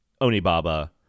Onibaba